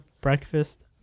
breakfast